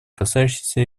касающиеся